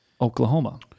Oklahoma